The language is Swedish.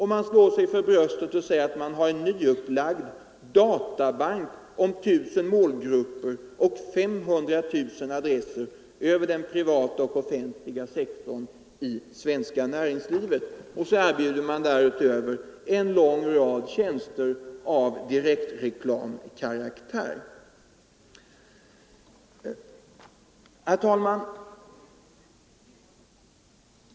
Man slår sig för bröstet och säger att man har ”en nyupplagd databank om 1000 målgrupper och 500 000 adresser över privata och offentliga sektorn i svenska näringslivet”. Så erbjuder man en lång rad tjänster av direktreklamkaraktär. Herr talman!